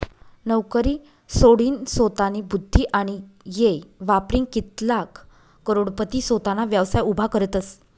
नवकरी सोडीनसोतानी बुध्दी आणि येय वापरीन कित्लाग करोडपती सोताना व्यवसाय उभा करतसं